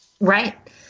right